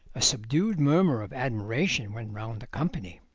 a subdued murmur of admiration went round the company.